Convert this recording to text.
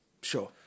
Sure